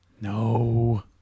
No